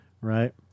Right